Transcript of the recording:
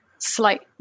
slight